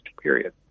period